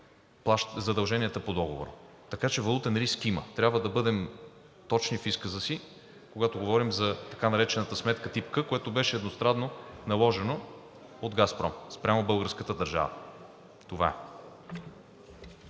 задълженията по договора. Така че валутен риск има. Трябва да бъдем точни в изказа си, когато говорим за така наречената сметка тип „К“, което беше едностранно наложено от „Газпром“ спрямо българската държава. Това е.